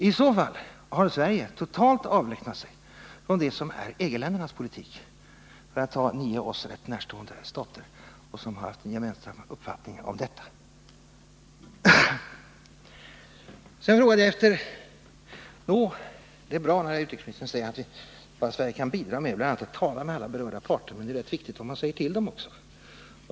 I så fall har Sverige totalt avlägsnat sig från det som är EG-ländernas politik, för att ta nio Sverige närstående stater med vilka Sverige har haft en gemensam uppfattning om detta. Det är bra när utrikesministern säger att Sverige kan bidra med att bl.a. tala med alla berörda parter. Men det är också rätt viktigt vad man säger till dem.